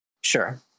Sure